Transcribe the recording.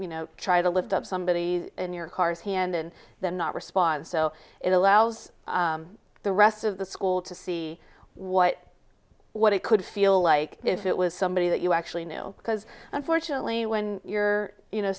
you know try to lift up somebody in your car's hand and then not respond so it allows the rest of the school to see what what it could feel like if it was somebody that you actually knew because unfortunately when you're you know